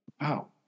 Wow